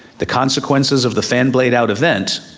the consequences of the fan blade out event,